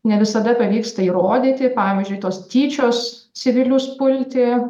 ne visada pavyksta įrodyti pavyzdžiui tos tyčios civilius pulti